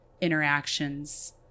interactions